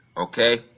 Okay